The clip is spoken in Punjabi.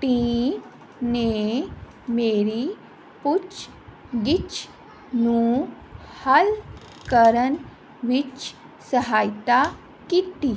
ਟੀਮ ਨੇ ਮੇਰੀ ਪੁੱਛਗਿੱਛ ਨੂੰ ਹੱਲ ਕਰਨ ਵਿੱਚ ਸਹਾਇਤਾ ਕੀਤੀ